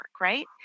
right